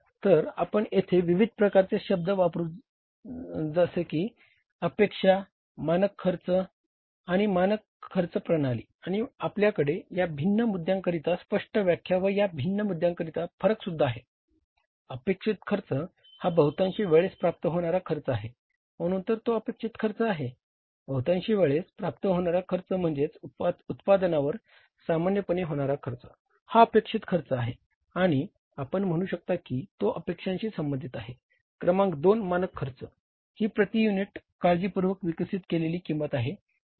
तर आपण येथे विविध प्रकारचे शब्द वापरू जातेस की अपेक्षा ही प्रति युनिट काळजीपूर्वक विकसित केलेली किंमत आहे जी प्राप्त केली जावी